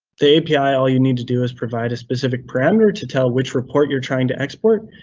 the api, all you need to do is provide a specific parameter to tell which report you're trying to export,